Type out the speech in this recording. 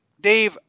Dave